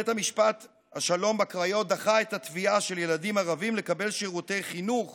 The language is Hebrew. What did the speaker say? בית משפט השלום בקריות דחה את התביעה של ילדים ערבים לקבל שירותי חינוך